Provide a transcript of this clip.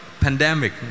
pandemic